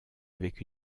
avec